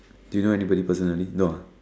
do you know anybody personally no ah